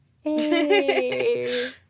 Hey